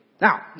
Now